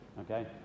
okay